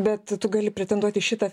bet tu gali pretenduot į šitą